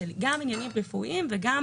גם של עניינים רפואיים וגם